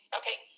okay